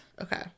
Okay